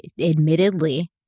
admittedly